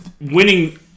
winning